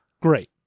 Great